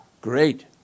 great